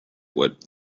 what